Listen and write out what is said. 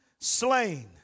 slain